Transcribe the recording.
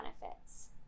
benefits